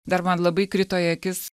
dar man labai krito į akis